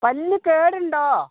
പല്ല് കേടുണ്ടോ